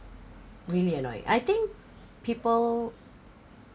really annoyed I think people